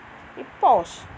it paused